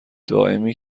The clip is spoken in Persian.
دائمی